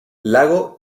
lago